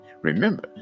Remember